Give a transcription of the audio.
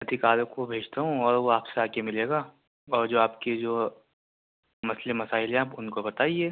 ادھکاروں کو بھیجتا ہوں اور وہ آپ سے آکے مِلے گا اور جو آپ کی جو مسئلے مسائل ہیں آپ اُن کو بتائیے